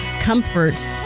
comfort